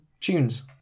tunes